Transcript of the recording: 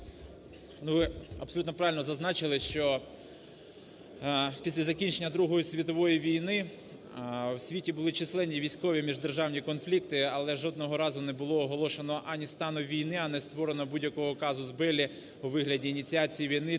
Ви абсолютно правильно зазначили, що після закінчення Другої світової війни у світі були численні військові міждержавні конфлікти, але жодного разу не було оголошено ані стану війни, ані створено будь-якого казус беллі у вигляді ініціації війни,